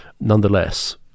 Nonetheless